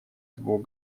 двух